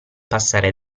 passare